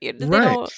right